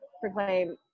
proclaim